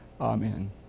Amen